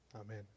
Amen